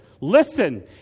listen